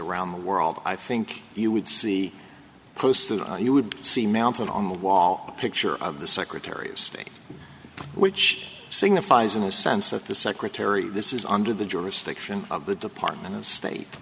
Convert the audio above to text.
around the world i think you would see posts that you would see mounted on the wall picture of the secretary of state which signifies in a sense of the secretary this is under the jurisdiction of the department of state